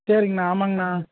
சரிங்கண்ணா ஆமாங்கண்ணா